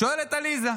שואל את עליזה,